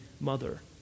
mother